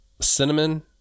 Cinnamon